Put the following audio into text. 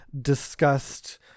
discussed